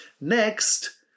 Next